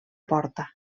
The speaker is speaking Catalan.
porta